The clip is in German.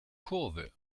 kurve